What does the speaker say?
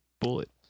Bullet